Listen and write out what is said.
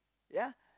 ya